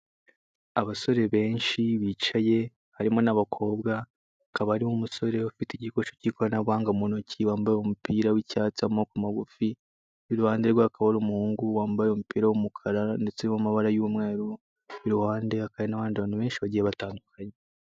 Abasore benshi bicaye, harimo n'abakobwa. Hakaba hariho umusore ufite igikoresho cy'ikoranabuhanga mu ntoki, wambaye umupira w'icyatsi w'amaboko magufi. Iruhande rwe hakaba umuhungu wambaye umupira w'umukara ndetse urimo amabara y'umweru. Iruhande hakaba hari n'abandi bantu benshi bagiye batandukanye.